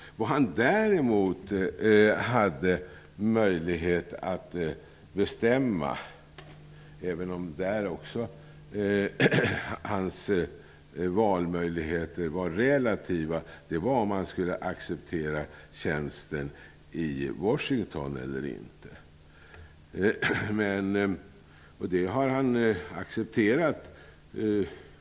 Vad Anders Sahlén däremot hade möjlighet att bestämma -- även om hans valmöjligheter också i det sammanhanget var relativa -- var om han skulle acceptera tjänsten i Washington eller inte. Den tjänsten accepterade han.